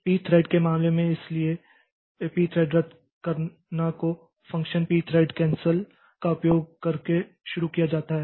P thread के मामले में इसलिए रद्द करना को फ़ंक्शन पी थ्रेड कैंसल का उपयोग करके शुरू किया जाता है